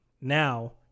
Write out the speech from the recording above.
now